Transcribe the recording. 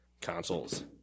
consoles